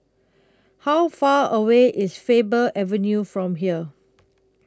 How Far away IS Faber Avenue from here